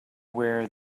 where